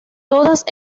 todas